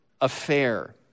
affair